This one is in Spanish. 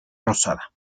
rosada